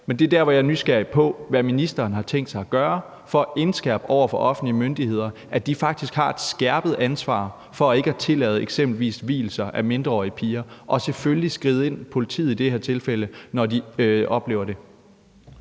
Men det er der, hvor jeg er nysgerrig på, hvad ministeren har tænkt sig at gøre for at indskærpe over for offentlige myndigheder, i det her tilfælde politiet, at de faktisk har et skærpet ansvar for ikke at tillade eksempelvis vielser af mindreårige piger og selvfølgelig for at skride ind, når de oplever det.